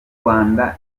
rwanda